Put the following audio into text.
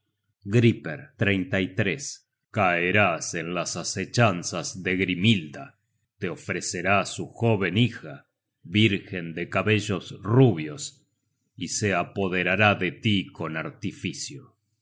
griper caerás en las asechanzas de grimhilda te ofrecerá su jóven hija vírgen de cabellos rubios y se apoderará de tí con artificio